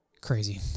crazy